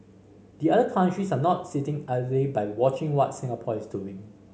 the other countries are not sitting idly by watching what Singapore is doing